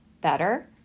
better